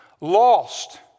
lost